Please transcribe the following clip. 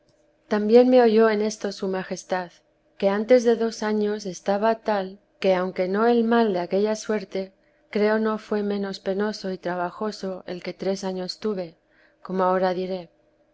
también me oyó en esto su majestad que antes de dos años estaba tal que aunque no el mal de aquella suerte creo no fue menos penoso y trabajoso el que tres años tuve como ahora diré